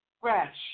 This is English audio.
fresh